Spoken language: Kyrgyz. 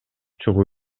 чыгуу